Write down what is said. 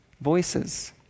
voices